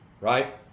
right